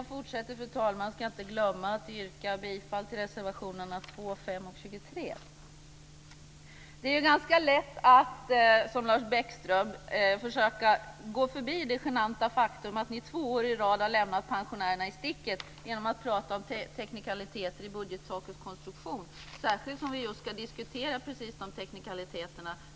Fru talman! Först vill jag yrka bifall till reservationerna 2, 5 och 23. Det är ganska lätt att, precis som Lars Bäckström gör, försöka gå förbi det genanta faktum att ni två år i rad har lämnat pensionärerna i sticket genom att prata om teknikaliteter i fråga om budgettakets konstruktion men just de teknikaliteterna ska vi ju framöver diskutera.